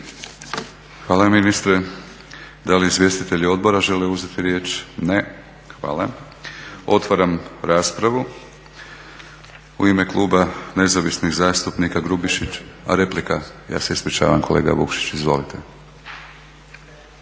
Hvala ministre. Da li izvjestitelji odbora žele uzeti riječ? Ne. Hvala. Otvaram raspravu. U ime Kluba Nezavisnih zastupnika, Grubišić. A replika? Ja se ispričavam kolega Vukšić, izvolite.